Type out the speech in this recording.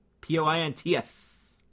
P-O-I-N-T-S